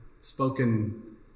spoken